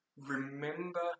Remember